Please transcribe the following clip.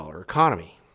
economy